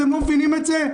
אתם לא מבינים את זה?